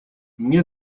mnie